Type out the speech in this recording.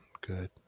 Good